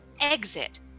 exit